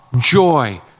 joy